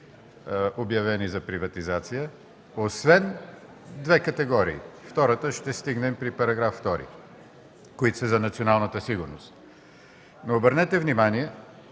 обявени за приватизация, освен две категории. Втората ще стигнем при § 2, които са за националната сигурност. Но обърнете внимание,